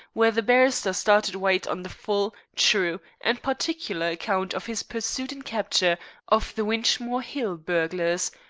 where the barrister started white on the full, true, and particular account of his pursuit and capture of the winchmore hill burglars,